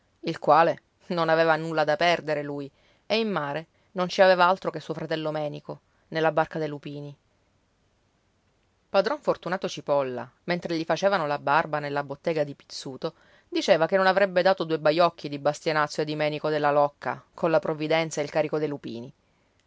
il quale non aveva nulla da perdere lui e in mare non ci aveva altro che suo fratello menico nella barca dei lupini padron fortunato cipolla mentre gli facevano la barba nella bottega di pizzuto diceva che non avrebbe dato due baiocchi di bastianazzo e di menico della locca colla provvidenza e il carico dei lupini